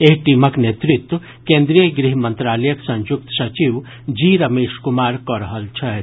एहि टीमक नेतृत्व केन्द्रीय गृह मंत्रालयक संयुक्त सचिव जी रमेश कुमार कऽ रहल छथि